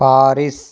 Paris